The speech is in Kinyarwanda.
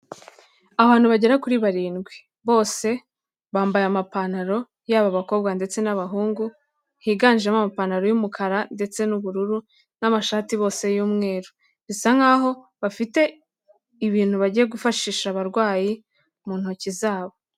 Abantu bagera kuri barindwi, bose bambaye amapantaro, yaba abakobwa ndetse n'abahungu, higanjemo amapantaro y'umukara ndetse n'ubururu n'amashati bose y'umweru bisa nk'aho bafite ibintu bagiye gufashisha abarwayi mu ntoki zabo.